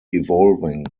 evolving